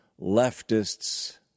leftists